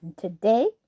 today